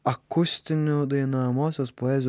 akustiniu dainuojamosios poezijos atlikimu